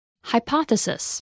Hypothesis